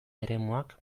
eremuak